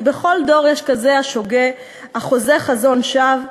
בכל דור יש כזה השוגה, החוזה חזון שווא"